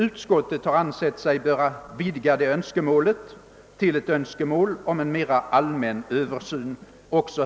Utskottet har ansett sig böra vidga det önskemålet till att omfatta en mera allmän översyn.